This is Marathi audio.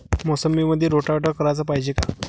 मोसंबीमंदी रोटावेटर कराच पायजे का?